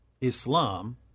Islam